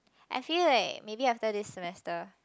I feel like maybe after this semester